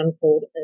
called